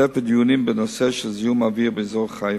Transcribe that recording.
השתתף בדיונים בנושא זיהום האוויר באזור חיפה.